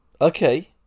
Okay